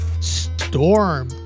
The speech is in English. Storm